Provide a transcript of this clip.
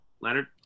Leonard